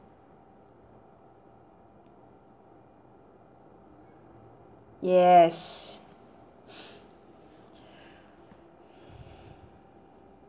yes